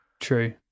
True